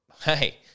hey